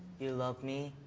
you love me,